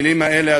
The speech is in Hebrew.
המילים האלה,